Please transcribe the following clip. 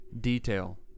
detail